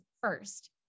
first